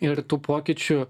ir tų pokyčių